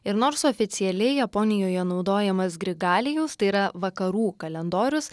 ir nors oficialiai japonijoje naudojamas grigalijaus tai yra vakarų kalendorius